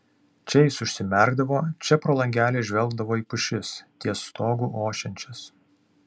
čia jis užsimerkdavo čia pro langelį žvelgdavo į pušis ties stogu ošiančias